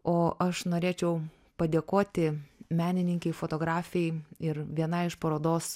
o aš norėčiau padėkoti menininkei fotografei ir vienai iš parodos